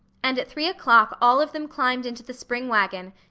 and at three o'clock all of them climbed into the spring wagon,